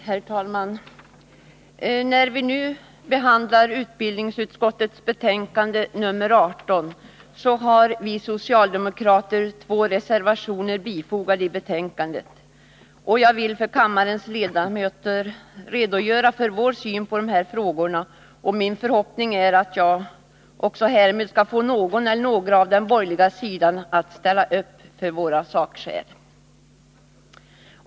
Herr talman! När vi nu behandlar utbildningsutskottets betänkande nr 18, så vill jag nämna att vi socialdemokrater har två reservationer fogade till betänkandet. Jag vill för kammarens ledamöter redogöra för vår syn på dessa frågor. Min förhoppning är att jag därmed skall få någon eller några på den borgerliga sidan att ställa upp för våra sakskäl.